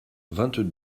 vingt